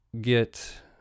get